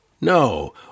No